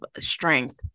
strength